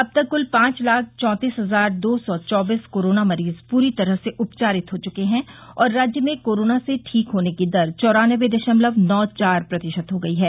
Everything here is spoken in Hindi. अब तक कुल पांच लाख चौतीस हजार दौ सौ चौबीस कोरोना मरीज पूरी तरह से उपचारित हो चुके हैं और राज्य में कोरोना से ठीक होने की दर चौरानबे दशमलव नौ चार प्रतिशत हो गई है